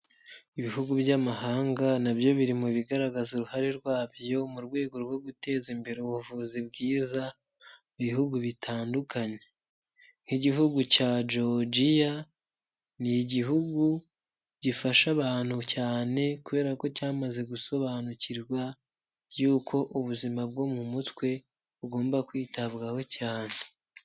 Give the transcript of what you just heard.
Ibihugu by'amahanga nabyo biri mu bigaragaza uruhare rwabyo mu rwego rwo guteza imbere ubuvuzi bwiza ibihugu bitandukanye. Nk'igihugu cya jojiya ni igihugu gifasha abantu cyane kubera ko cyamaze gusobanukirwa yuko ubuzima bwo mu mutwe bugomba kwitabwaho cyane.